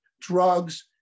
drugs